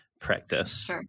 practice